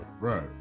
Right